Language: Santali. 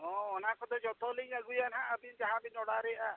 ᱦᱮᱸ ᱚᱱᱟ ᱠᱚᱫᱚ ᱡᱚᱛᱚᱞᱤᱧ ᱟᱹᱜᱩᱭᱟ ᱦᱟᱜ ᱟᱹᱵᱤᱱ ᱡᱟᱦᱟᱸ ᱵᱤᱱ ᱚᱰᱟᱨᱮᱜᱼᱟ